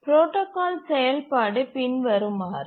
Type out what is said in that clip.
protocol செயல்பாடு பின்வருமாறு